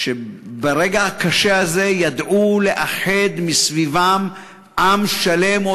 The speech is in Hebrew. שברגע הקשה הזה ידעו לאחד סביבן עם שלם,